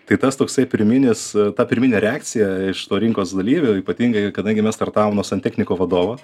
tai tas toksai pirminis ta pirminė reakcija iš to rinkos dalyvio ypatingai kadangi mes startavom nuo santechniko vadovo